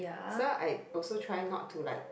so I also tried not to like